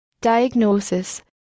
Diagnosis